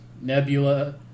Nebula